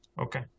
Okay